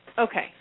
Okay